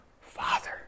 father